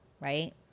right